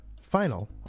final